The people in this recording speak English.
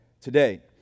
today